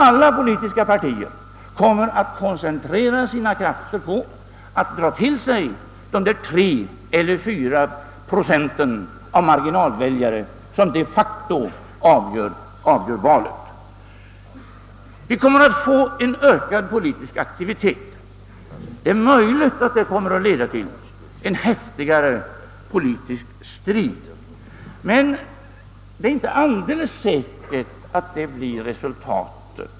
Alla politiska partier kommer att koncentrera sina krafter på att dra till sig de 3 eller 4 procenten av marginalväljare som de facto avgör valet. Det är möjligt att detta kommer att leda till en häftigare politisk strid, men det är inte alldeles säkert att det blir resultatet.